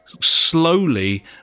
slowly